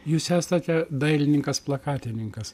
jūs esate dailininkas plakatininkas